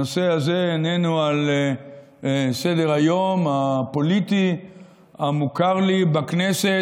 הנושא הזה איננו על סדר-היום הפוליטי המוכר לי בכנסת,